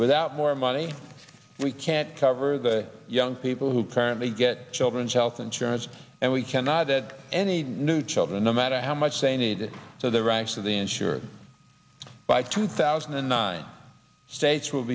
without more money we can't cover the young people who currently get children's health insurance and we cannot get any new children no matter how much they need so the ranks of the insured by two thousand and nine states will